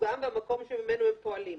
סוגם והמקום שממנו הם פועלים,